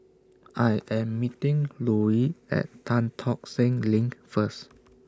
I Am meeting Louie At Tan Tock Seng LINK First